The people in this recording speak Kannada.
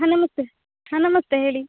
ಹಾಂ ನಮಸ್ತೆ ಹಾಂ ನಮಸ್ತೆ ಹೇಳಿ